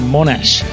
Monash